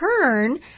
turn